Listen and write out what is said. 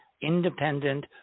independent